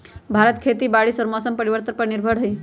भारत में खेती बारिश और मौसम परिवर्तन पर निर्भर हई